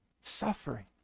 Suffering